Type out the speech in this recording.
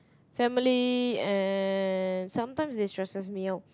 family and sometimes they stresses me out